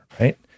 right